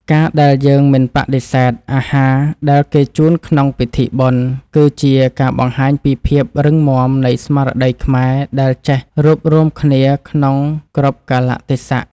ការដែលយើងមិនបដិសេធអាហារដែលគេជូនក្នុងពិធីបុណ្យ គឺជាការបង្ហាញពីភាពរឹងមាំនៃស្មារតីខ្មែរដែលចេះរួបរួមគ្នាក្នុងគ្រប់កាលៈទេសៈ។